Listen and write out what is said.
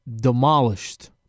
demolished